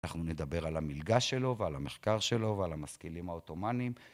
אנחנו נדבר על המלגה שלו, ועל המחקר שלו, ועל המשכילים העותומנים